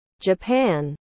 Japan